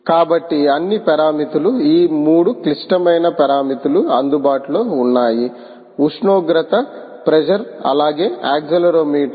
కాబట్టి అన్ని పారామితులు ఈ 3 క్లిష్టమైన పారామితులు అందుబాటులో ఉన్నాయి ఉష్ణోగ్రత ప్రెషర్ అలాగే యాక్సిలెరోమీటర్